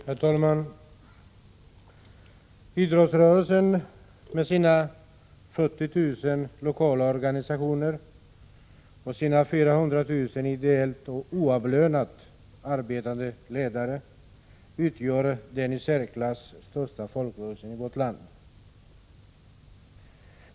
Herr talman! Idrottsrörelsen med sina 40 000 lokala organisationer och sina 400 000 ideellt och oavlönat arbetande ledare utgör den i särklass största folkrörelsen i vårt land.